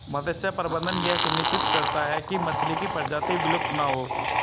मत्स्य प्रबंधन यह सुनिश्चित करता है की मछली की प्रजाति विलुप्त ना हो